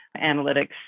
analytics